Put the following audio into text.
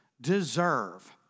deserve